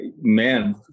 man